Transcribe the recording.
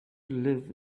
live